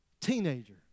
teenager